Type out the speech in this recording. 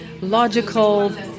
logical